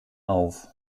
auf